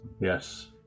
Yes